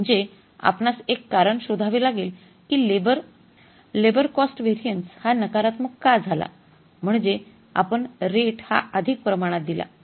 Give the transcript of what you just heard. म्हणजे आपणास एक कारण शोधावे लागेल कि लेबर कसर व्हेरिएन्स हा नकारात्मक का झाला म्हणजे आपण रेट हा अधिक प्रमाणात दिला